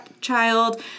child